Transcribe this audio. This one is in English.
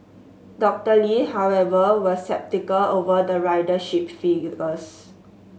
Doctor Lee however was sceptical over the ridership figures